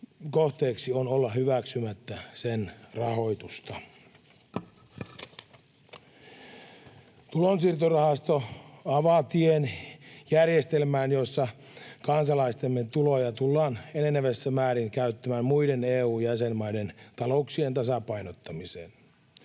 kohteeksi on olla hyväksymättä sen rahoitusta. Tulonsiirtorahasto avaa tien järjestelmään, jossa kansalaistemme tuloja tullaan enenevässä määrin käyttämään muiden EU-jäsenmaiden talouksien tasapainottamiseen.